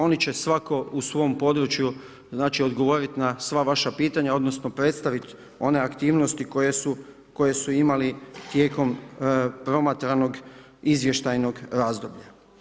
Oni će svatko u svom području odgovoriti na sva vaša pitanja, odnosno, predstaviti one aktivnosti koje su imali tijekom promatranog izvještajnog razdoblja.